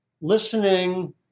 listening